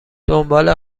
دنبال